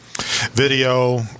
video